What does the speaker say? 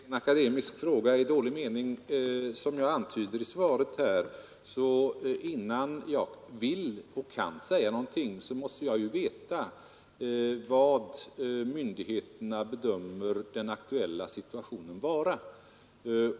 Fru talman! Det är en akademisk fråga i dålig mening. Som jag antyder i svaret måste jag — innen jag vill och kan säga någonting — veta hurudan myndigheterna bedömer den aktuella situationen vara.